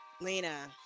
Lena